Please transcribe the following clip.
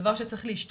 דבר שצריך להשתנות,